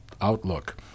outlook